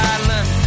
Island